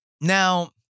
Now